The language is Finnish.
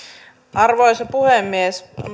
arvoisa puhemies on